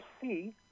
see